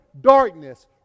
darkness